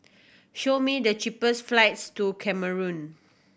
show me the cheapest flights to Cameroon